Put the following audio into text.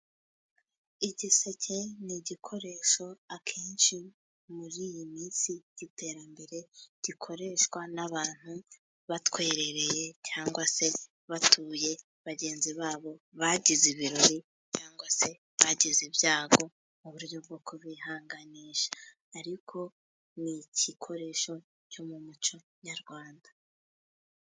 Igiseke ni igikoresho akenshi muri iyi minsi cy'iterambere, gikoreshwa n'abantu batwerereye, cyangwa se batuye bagenzi babo bagize ibirori, cyangwa se bagize ibyago, mu buryo bwo kubihanganisha, ariko ni igikoresho cyo mu muco nyarwanda.